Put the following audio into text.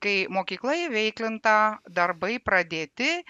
kai mokykla įveiklinta darbai pradėti